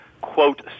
quote